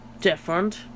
different